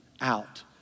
out